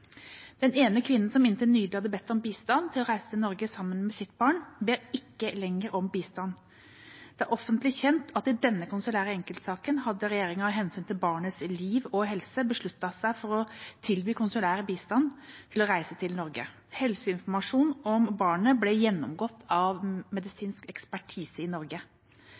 Den ene kvinnen som inntil nylig hadde bedt om bistand til å reise til Norge sammen med sitt barn, ber ikke lenger om bistand. Det er offentlig kjent at i denne konsulære enkeltsaken hadde regjeringen, av hensyn til barnets liv og helse, besluttet å tilby konsulær bistand til å reise til Norge. Helseinformasjon om barnet ble gjennomgått av medisinsk ekspertise i Norge.